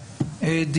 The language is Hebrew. שלום לכולם,